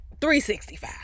365